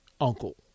uncle